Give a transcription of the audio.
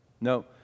No